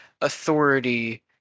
authority